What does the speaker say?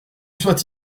soit